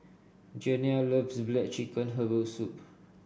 Janiah loves black chicken Herbal Soup